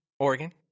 Oregon